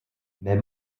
mais